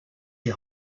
die